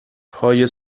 پای